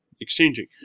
exchanging